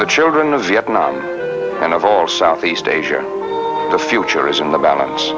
the children of vietnam and of all southeast asia the future is in the balance